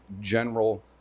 general